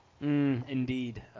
Indeed